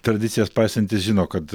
tradicijas paisantys žino kad